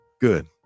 Good